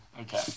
Okay